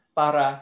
para